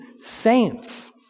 saints